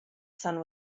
sun